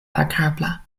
agrabla